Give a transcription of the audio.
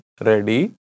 ready